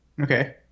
Okay